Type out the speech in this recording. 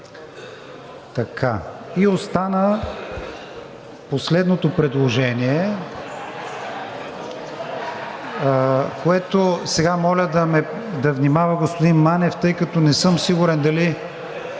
Остана последното предложение, моля да внимава господин Манев, тъй като не съм сигурен дали